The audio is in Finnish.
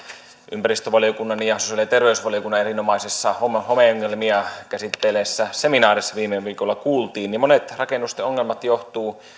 ympäristövaliokunnan ja sosiaali ja terveysvaliokunnan erinomaisessa homeongelmia käsitelleessä seminaarissa viime viikolla kuultiin niin monet rakennusten ongelmat johtuvat